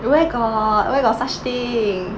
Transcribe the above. where got where got such thing